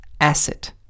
ACID